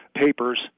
papers